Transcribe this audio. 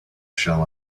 shall